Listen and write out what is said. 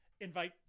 invite